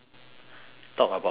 talk about people [what]